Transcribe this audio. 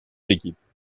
équipes